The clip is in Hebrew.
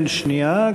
כן, שנייה.